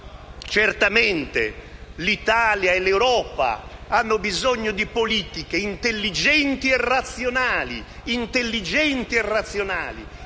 Certamente, l'Italia e l'Europa hanno bisogno di politiche intelligenti e razionali,